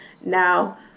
Now